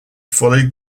fully